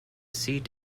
seat